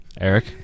Eric